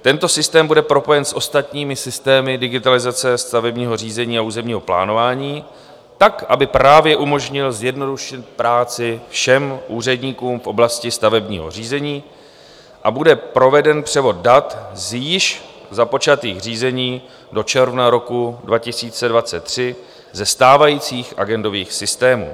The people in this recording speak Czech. Tento systém bude propojen s ostatními systémy digitalizace stavebního řízení a územního plánování tak, aby právě umožnil zjednodušit práci všem úředníkům v oblasti stavebního řízení, a bude proveden převod dat z již započatých řízení do června roku 2023 ze stávajících agendových systémů.